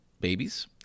Babies